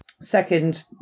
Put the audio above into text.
Second